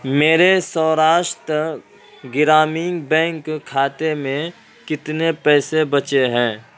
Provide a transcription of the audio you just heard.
میرے سوراشٹر گرامین بینک کھاتے میں کتنے پیسے بچے ہیں